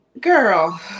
Girl